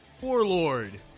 Warlord